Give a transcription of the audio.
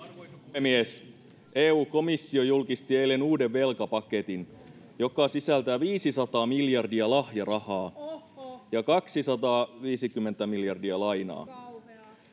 puhemies eu komissio julkisti eilen uuden velkapaketin joka sisältää viisisataa miljardia lahjarahaa ja kaksisataaviisikymmentä miljardia lainaa